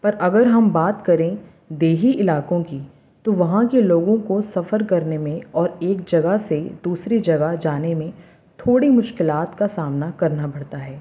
پر اگر ہم بات کریں دیہی علاقوں کی تو وہاں کے لوگوں کو سفر کرنے میں اور ایک جگہ سے دوسری جگہ جانے میں تھوڑی مشکلات کا سامنا کرنا پڑتا ہے